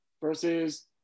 versus